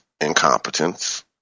incompetence